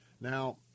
Now